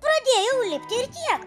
pradėjau lipti ir tiek